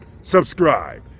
subscribe